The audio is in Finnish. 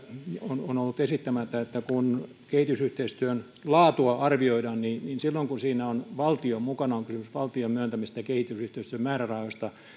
on on ollut esittämättä liittyy siihen että kun kehitysyhteistyön laatua arvioidaan silloin kun siinä on valtio mukana ja on kysymys valtion myöntämistä kehitysyhteistyömäärärahoista